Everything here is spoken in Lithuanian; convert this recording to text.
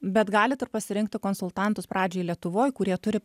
bet galit ir pasirinkti konsultantus pradžiai lietuvoj kurie turi